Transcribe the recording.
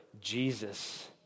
Jesus